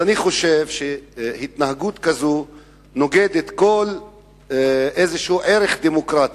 אז אני חושב שהתנהגות כזאת נוגדת כל ערך דמוקרטי,